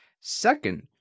Second